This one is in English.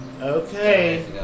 okay